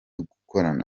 gukorana